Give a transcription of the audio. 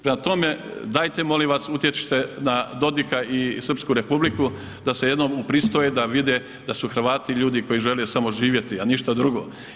Prema tome, dajte molim vas utječite na Dodika i Srpsku Republiku da se jednom upristoje, da vide sa su Hrvati ljudi koji žele samo živjeti a ništa drugo.